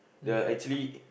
the actually